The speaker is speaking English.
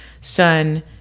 son